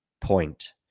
point